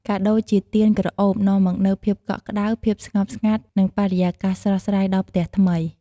កាដូរជាទៀនក្រអូបនាំមកនូវ ភាពកក់ក្តៅ ភាពស្ងប់ស្ងាត់ និង បរិយាកាសស្រស់ស្រាយ ដល់ផ្ទះថ្មី។